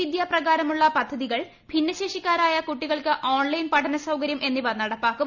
വിദ്യാ പ്രകാരമുള്ള പദ്ധതികൾ ഭിന്നശേഷിക്കാരായ കുട്ടികൾക്ക് ഓൺലൈൻ പഠന സൌകര്യം എന്നിവ നടപ്പാക്കും